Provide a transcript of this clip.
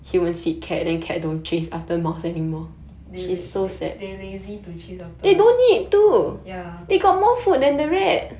they they lazy to chase after ya